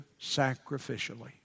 sacrificially